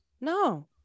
No